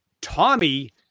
Tommy